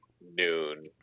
noon